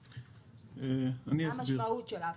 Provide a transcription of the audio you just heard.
מה המשמעות של ההפקעה?